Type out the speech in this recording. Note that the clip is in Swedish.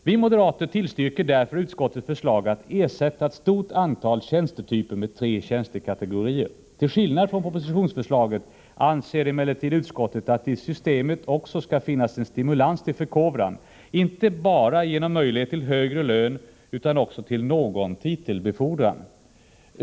Vi moderater tillstyrker därför utskottets förslag att ersätta ett stort antal tjänstetyper med tre tjänstekategorier. Till skillnad från regeringen anser emellertid utskottet att det i systemet också skall finnas en stimulans till förkovran, genom möjlighet inte bara till högre lön utan också till någon titelbefordran.